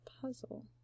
puzzle